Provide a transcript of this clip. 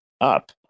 up